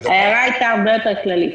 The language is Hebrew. ההערה הייתה הרבה יותר כללית.